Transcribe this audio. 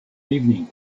evening